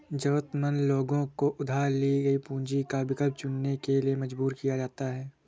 जरूरतमंद लोगों को उधार ली गई पूंजी का विकल्प चुनने के लिए मजबूर किया जाता है